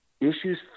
issues